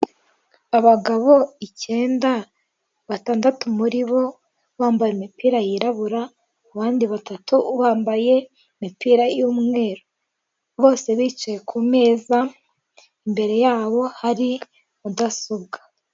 Abagabo icyenda batandatu, muri bo bambaye imipira yirabura, abandi batatu bambaye imipira y'umweru, bose bicaye kumeza imbere yabo hari mudasobwa.